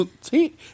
See